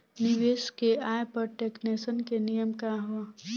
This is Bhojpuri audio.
निवेश के आय पर टेक्सेशन के नियम का ह?